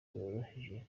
woroheje